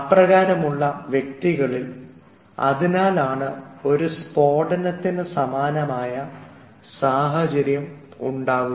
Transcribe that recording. അപ്രകാരമുള്ള വ്യക്തികളിൽ അതിനാലാണ് ഒരു സ്ഫോടനത്തിനു സമാനമായ സാഹചര്യം ഉണ്ടാകുന്നത്